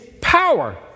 power